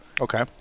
Okay